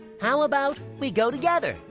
how about. we go together?